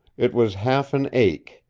it was half an ache,